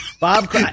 Bob